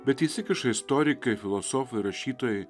bet įsikiša istorikai filosofai rašytojai